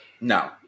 No